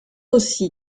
aussi